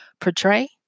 portray